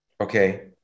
Okay